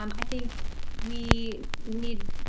um i think we need,